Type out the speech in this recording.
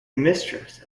mistress